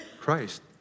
Christ